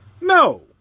No